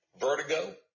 vertigo